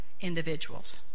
individuals